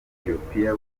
ethiopia